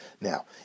Now